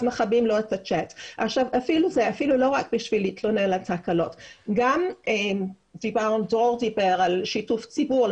רק בשביל להתלונן על התקלות אלא דרור דיבר על שיתוף ציבור,